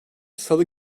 salı